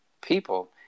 people